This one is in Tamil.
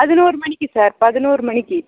பதினோரு மணிக்கு சார் பதினோரு மணிக்கு